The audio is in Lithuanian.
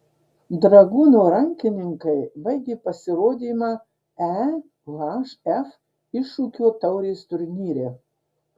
dragūno rankininkai baigė pasirodymą ehf iššūkio taurės turnyre